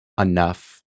enough